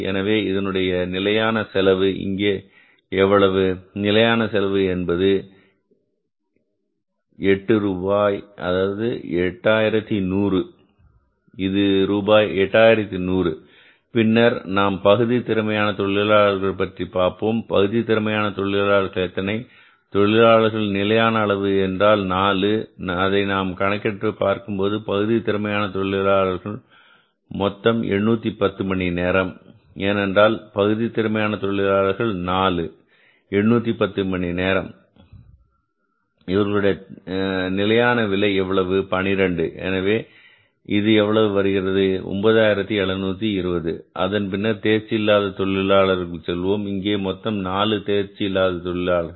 எனவே இதனுடைய நிலையான செலவு இங்கே எவ்வளவு நிலையான செலவு என்பது எட்டு ரூபாய் 8100 இது ரூபாய் 8100 பின்னர் நாம் பகுதி திறமையான தொழிலாளர்கள் பற்றி பார்ப்போம் பகுதி திறமையான தொழிலாளர்கள் எத்தனை தொழிலாளர்கள் நிலையான அளவு என்றால் 4 அதை நாம் கணக்கிட்டுப் பார்க்கும்போது பகுதி திறமையான தொழிலாளர்களின் மொத்த நேரம் 810 மணி நேரம் ஏனென்றால் பகுதி திறமையான தொழிலாளர்கள் 4 810 மணி நேரம் இவர்களுடைய நிலையான விலை எவ்வளவு 12 எனவே இது எவ்வளவு வருகிறது 9720 அதன் பின்னர் தேர்ச்சி இல்லாததொழிலாளர்களுக்கு செல்வோம் இங்கே மொத்தம் 4 தேர்ச்சி இல்லாத தொழிலாளர்கள்